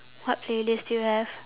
what playlist do you have